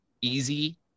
easy